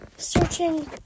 Searching